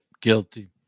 Guilty